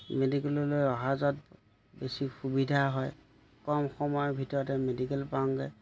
মেডিকেললৈ অহা যোৱাত বেছি সুবিধা হয় কম সময়ৰ ভিতৰতে মেডিকেল পাওঁগৈ